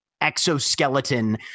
exoskeleton